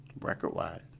record-wise